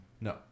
No